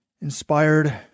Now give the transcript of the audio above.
inspired